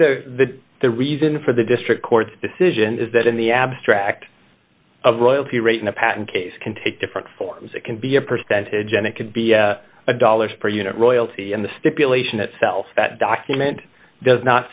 think the the reason for the district court's decision is that in the abstract of royalty rate in a patent case can take different forms it can be a percentage and it could be a dollars per unit royalty and the stipulation itself that document does not